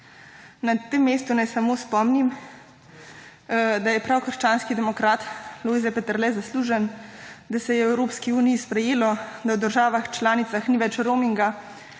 Na tem mestu naj samo spomnim, da je prav krščanski demokrat Lojze Peterle zaslužen, da se je v Evropski uniji sprejelo, da v državah članicah ni več roaminga,